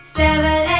seven